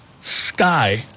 sky